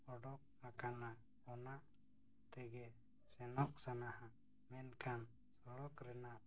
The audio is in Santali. ᱩᱰᱩᱠ ᱟᱠᱟᱱᱟ ᱚᱱᱟ ᱛᱮᱜᱮ ᱥᱮᱱᱚᱜ ᱥᱟᱱᱟᱣᱟ ᱢᱮᱱᱠᱷᱟᱱ ᱥᱚᱲᱚᱠ ᱨᱮᱱᱟᱜ